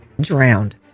drowned